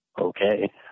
okay